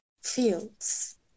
fields